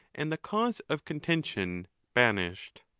and the cause of contention banished.